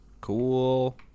Cool